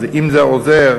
אז אם זה עוזר,